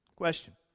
Question